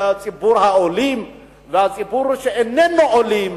וציבור העולים והציבור שאיננו עולים,